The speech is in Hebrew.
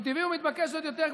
הוא טבעי ומתבקש עוד יותר,